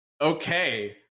Okay